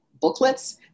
booklets